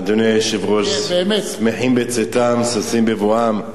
אדוני היושב-ראש, שמחים בצאתם, ששים בבואם.